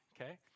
okay